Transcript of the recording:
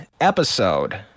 episode